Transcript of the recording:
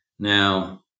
Now